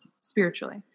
spiritually